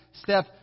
step